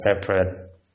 separate